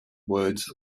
words